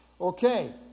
Okay